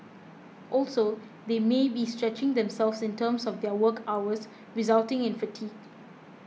also they may be stretching themselves in terms of their work hours resulting in fatigue